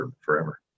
forever